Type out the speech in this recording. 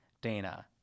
Dana